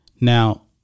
Now